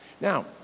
Now